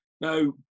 Now